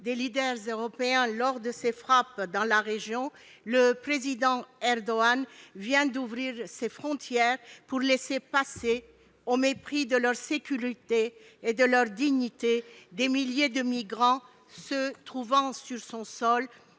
des leaders européens lors de ses frappes dans la région, le président Erdogan vient d'ouvrir ses frontières pour laisser passer, au mépris de leur sécurité et de leur dignité, des milliers de migrants se trouvant sur son sol